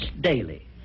daily